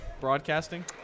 broadcasting